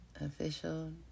official